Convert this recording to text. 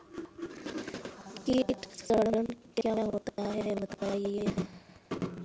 कीट संक्रमण क्या होता है बताएँ?